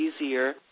easier